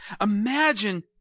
Imagine